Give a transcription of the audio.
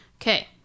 Okay